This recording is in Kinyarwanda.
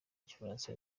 igifaransa